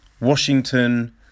Washington